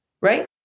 right